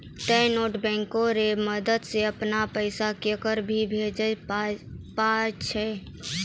तोंय net banking रो मदद से अपनो पैसा केकरो भी भेजै पारै छहो